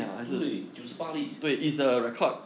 对九十八粒